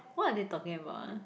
what are they talking about ah